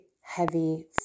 heavy